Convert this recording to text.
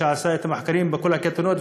שעשה את המחקרים בכל הקייטנות,